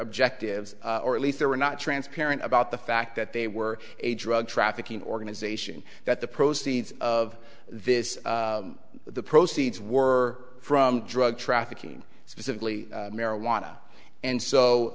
objectives or at least they were not transparent about the fact that they were a drug trafficking organization that the proceeds of this the proceeds were from drug trafficking specifically marijuana and so